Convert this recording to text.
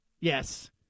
Yes